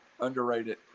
underrated